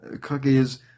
cookies